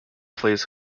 plays